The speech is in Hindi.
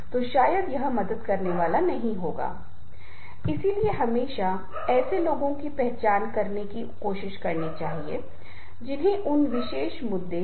तो एक नेता के पास कुछ लोग होने चाहिए जो अनुसरण करेगा जो सुनेगा और जो आश्वस्त होगा